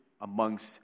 amongst